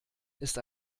ist